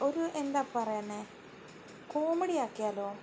ഒരു എന്താ പറയുന്നത് കോമഡിയാക്കിയാലോ